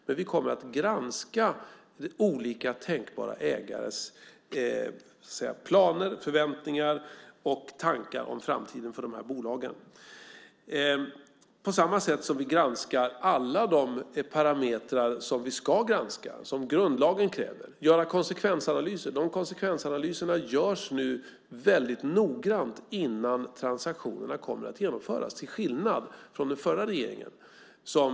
Men vi kommer att granska olika tänkbara ägares planer, förväntningar och tankar om framtiden för dessa bolag. På samma sätt granskar vi alla de parametrar som vi ska granska och som grundlagen kräver. Vi ska göra konsekvensanalyser. De konsekvensanalyserna görs nu väldigt noggrant innan transaktionerna kommer att genomföras. Det är till skillnad mot vad den förra regeringen gjorde.